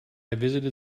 visited